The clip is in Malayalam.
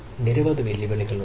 നിരവധി വെല്ലുവിളികൾ ഉണ്ട്